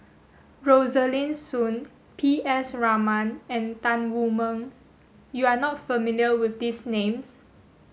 Rosaline Soon P S Raman and Tan Wu Meng you are not familiar with these names